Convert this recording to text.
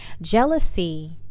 Jealousy